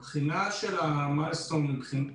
הבחינה של אבני הדרך,